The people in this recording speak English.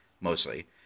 mostly